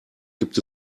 gibt